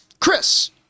Chris